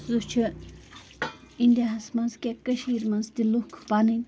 سُہ چھےٚ اِنڈیاہَس منٛز کیٛاہ کٔشیٖرۍ منٛز تہٕ لُکھ پَنٕنۍ